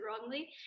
wrongly